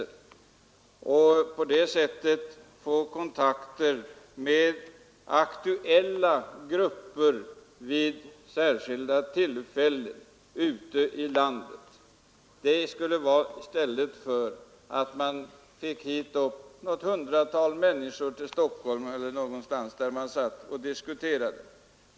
På det sättet skulle man få kontakter med aktuella grupper vid särskilda tillfällen ute i landet i stället för att något hundratal människor i Stockholm sitter och diskuterar.